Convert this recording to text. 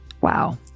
Wow